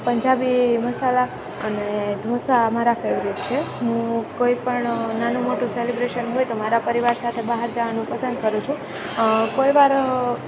પંજાબી મસાલા અને ઢોંસા મારા ફેવરેટ છે હું કોઈપણ નાનું મોટું સેલિબ્રેશન હોય તો મારા પરિવાર સાથે બહાર જાવાનું પસંદ કરું છું કોઈવાર